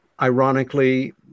Ironically